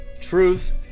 Truth